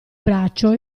braccio